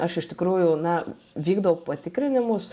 aš iš tikrųjų na vykdau patikrinimus